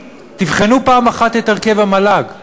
תבחנו פעם אחת את הרכב המל"ג,